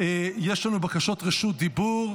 יש לנו בקשות רשות דיבור.